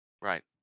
Right